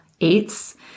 eights